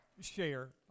share